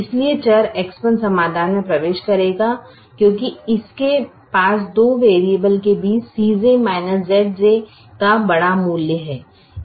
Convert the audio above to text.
इसलिए चर X1 समाधान में प्रवेश करेगा क्योंकि इसके पास दो वैरिएबल के बीच Cj Zj का बड़ा मूल्य है